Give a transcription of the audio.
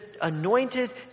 anointed